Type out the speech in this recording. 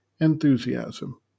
Enthusiasm